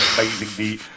amazingly